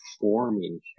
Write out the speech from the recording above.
forming